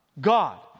God